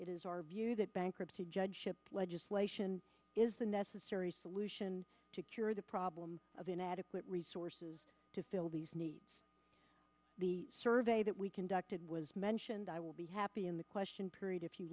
it is our view that bankruptcy judge ship legislation is the necessary solution to cure the problem of inadequate resources to fill these needs the survey the we conducted was mentioned i will be happy in the question period if you